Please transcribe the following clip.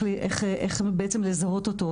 איך בעצם לזהות אותו,